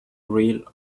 real